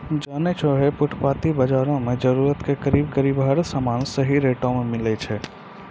जानै छौ है फुटपाती बाजार मॅ जरूरत के करीब करीब हर सामान सही रेटो मॅ मिलै छै